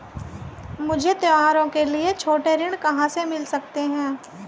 मुझे त्योहारों के लिए छोटे ऋण कहां से मिल सकते हैं?